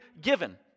given